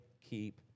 keep